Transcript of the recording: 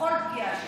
בכל פגיעה שכזאת.